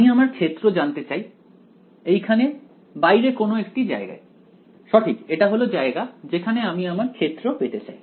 আমি আমার ক্ষেত্র জানতে চাই এইখানে বাইরে কোনও একটা জায়গায় সঠিক এটা হল জায়গা যেখানে আমি আমার ক্ষেত্র পেতে চাই